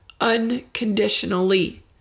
unconditionally